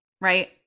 right